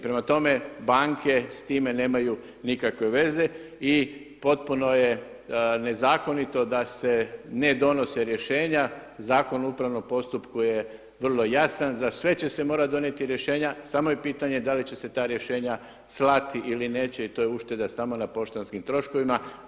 Prema tome, banke s time nemaju nikakve veze i potpuno je nezakonito da se ne donose rješenja, Zakon o upravnom postupku je vrlo jasan za sve će se morati donijeti rješenja samo je pitanje da li će se ta rješenja slati ili neće i to je ušteda samo na poštanskim troškovima.